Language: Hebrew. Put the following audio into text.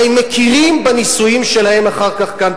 הרי מכירים בנישואים שלהם אחר כך כאן,